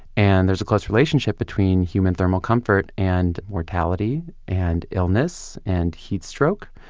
and there's a close relationship between human thermal comfort and mortality and illness and heat stroke.